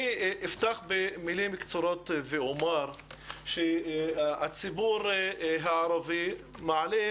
אפתח במילים קצרות ואומר שהציבור הערבי מעלה